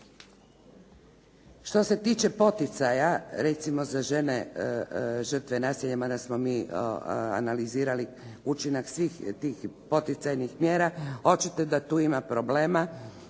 Što se tiče poticaja, recimo za žene žrtve nasilja, ma da smo mi analizirali učinak svih tih poticajnih mjera, očito je da tu ima problema,